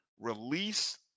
Release